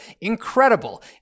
Incredible